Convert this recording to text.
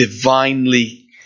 divinely